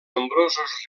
nombrosos